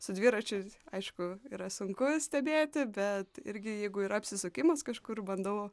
su dviračiu aišku yra sunku stebėti bet irgi jeigu yra apsisukimas kažkur bandau